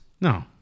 No